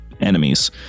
enemies